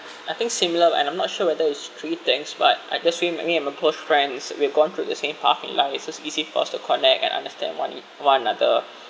I think similar like I'm not sure whether it's three things but I just feel that me and my close friends we've gone through the same path in life so it's easy for us to connect and understand one e~ one another